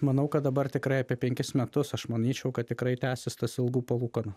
manau kad dabar tikrai apie penkis metus aš manyčiau kad tikrai tęsis tas ilgų palūkanų